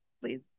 please